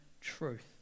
truth